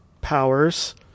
powers